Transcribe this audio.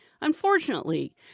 Unfortunately